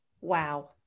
Wow